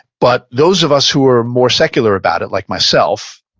but those of us who are more secular about it, like myself,